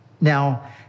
Now